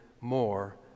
more